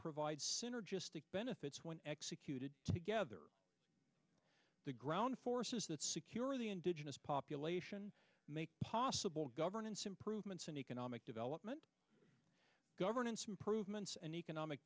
provide synergistic benefits when executed together the ground forces that secure the indigenous population make possible governance improvements in economic development governance improvements and economic